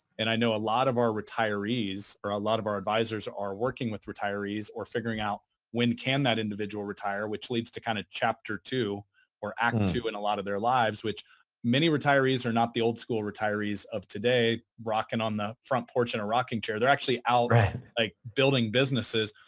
and i know a lot of our retirees or a lot of our advisors are working with retirees or figuring out when can that individual retire, which leads to kind of chapter two or act two in a lot of their lives which many retirees are not the old school retirees of today, rocking on the front porch in a rocking chair. they're actually out, like building businesses.